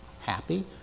happy